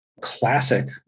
classic